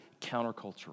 countercultural